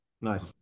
Nice